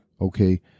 Okay